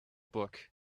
book